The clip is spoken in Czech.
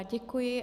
Děkuji.